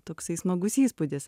toksai smagus įspūdis